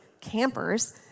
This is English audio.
campers